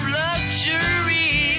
luxury